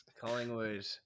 Collingwood